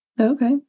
Okay